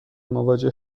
مواجه